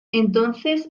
entonces